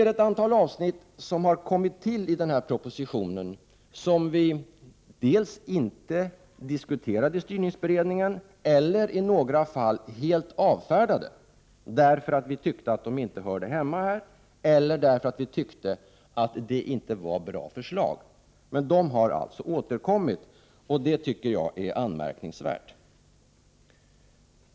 Ett antal avsnitt har tillkommit i propositionen vilka vi inte diskuterade i styrningsberedningen. Några avfärdade vi helt därför att vi inte tyckte att de hörde hemma här eller därför att vi inte tyckte att förslagen var bra. Men förslagen har alltså återkommit, och det är anmärkningsvärt.